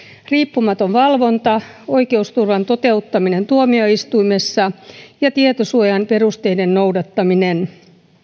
riippumaton valvonta oikeusturvan toteuttaminen tuomioistuimessa ja tietosuojan perusteiden noudattaminen